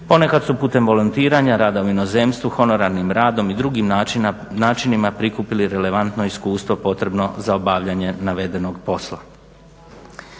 ponekad su putem volontiranja, rada u inozemstvu, honorarnim radom i drugim načinima prikupili relevantno iskustvo potrebno za obavljanje navedenog posla.